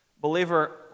Believer